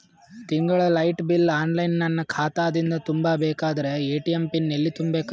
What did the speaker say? ತಿಂಗಳ light bill online ನನ್ನ ಖಾತಾ ದಿಂದ ತುಂಬಾ ಬೇಕಾದರ ಎ.ಟಿ.ಎಂ ಪಿನ್ ಎಲ್ಲಿ ತುಂಬೇಕ?